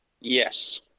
yes